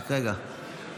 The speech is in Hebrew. (קורא בשמות חברי הכנסת)